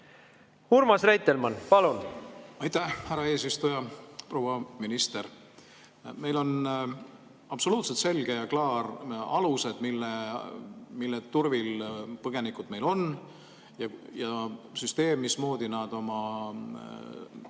Urmas Reitelmann, palun! Aitäh, härra eesistuja! Proua minister! Meil on absoluutselt selge ja klaar alus, mille [toel] põgenikud meil on, ja süsteem, mismoodi nad oma